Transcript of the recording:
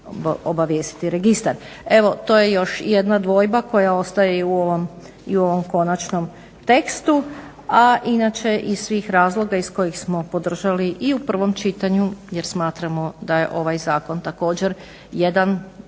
Evo, to je još jedna dvojba koja ostaje i u ovom konačnom tekstu, a inače iz svih razloga iz kojih smo podržali i u prvom čitanju jer smatramo da je ovaj zakon također jedan od